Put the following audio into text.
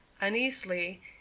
uneasily